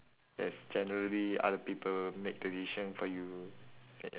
that's generally other people make the decision for you